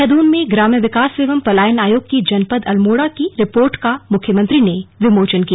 देहरादून में ग्राम्य विकास एवं पलायन आयोग की जनपद अल्मोड़ा की रिपोर्ट का मुख्यमंत्री ने विमोचन किया